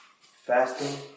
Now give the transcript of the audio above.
fasting